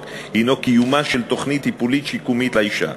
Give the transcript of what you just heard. הוא קיומה של תוכנית טיפולית-שיקומית לאישה,